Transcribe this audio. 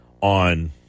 on